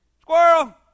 Squirrel